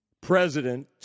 President